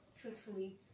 truthfully